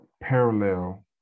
parallel